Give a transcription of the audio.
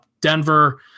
Denver